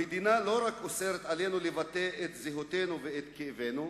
המדינה לא רק אוסרת עלינו לבטא את זהותנו ואת כאבנו,